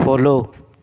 follow